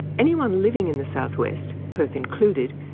anyone living in the south-west, perth included,